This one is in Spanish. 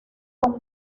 con